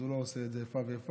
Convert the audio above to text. אז הוא לא עושה את זה איפה ואיפה.